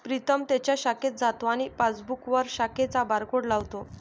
प्रीतम त्याच्या शाखेत जातो आणि पासबुकवर शाखेचा बारकोड लावतो